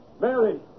Mary